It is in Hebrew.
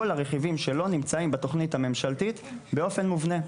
כל הרכיבים שלו נמצאים בתוכנית הממשלתית באופן מובנה.